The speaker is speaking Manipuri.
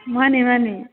ꯃꯥꯅꯦ ꯃꯥꯅꯦ